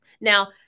Now